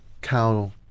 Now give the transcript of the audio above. cow